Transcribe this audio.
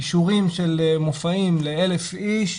אישורים של מופעים ל-1,000 איש,